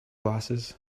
glasses